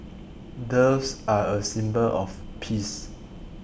doves are a symbol of peace